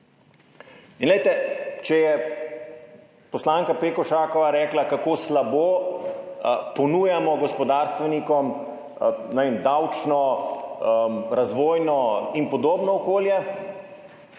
In glejte, če je poslanka Pekošak rekla, kako slabo ponujamo gospodarstvenikom davčno, razvojno in podobno okolje,